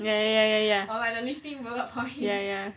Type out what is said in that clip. ya ya ya ya ya they list it bullet point